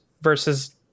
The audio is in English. versus